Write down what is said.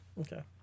Okay